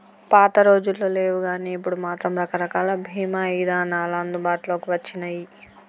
పాతరోజుల్లో లేవుగానీ ఇప్పుడు మాత్రం రకరకాల బీమా ఇదానాలు అందుబాటులోకి వచ్చినియ్యి